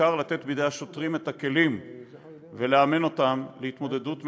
בעיקר לתת בידי השוטרים את הכלים ולאמן אותם להתמודדות מנצחת,